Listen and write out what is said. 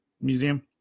museum